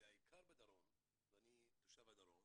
בעיקר בדרום, ואני תושב הדרום